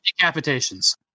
decapitations